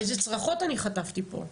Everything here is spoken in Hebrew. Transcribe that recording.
איזה צרחות אני חטפתי פה ובצדק,